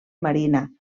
marina